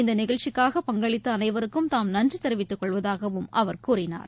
இந்தநிகழ்ச்சிக்காக பங்களித்தஅனைவருக்கும் தாம் நன்றிதெரிவித்துக் கொள்வதாகவும் அவர் கூறினார்